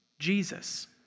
Jesus